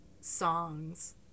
songs